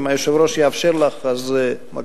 אם היושב-ראש יאפשר לך, בבקשה.